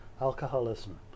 alcoholism